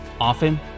Often